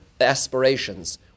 aspirations